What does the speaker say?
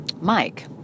Mike